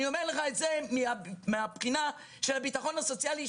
אני אומר לך את זה מהבחינה של הביטחון הסוציאלי.